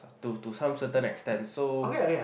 to to some certain extent so